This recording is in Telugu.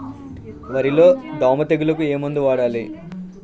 వరిలో దోమ తెగులుకు ఏమందు వాడాలి?